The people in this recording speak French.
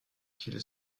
qu’il